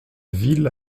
ville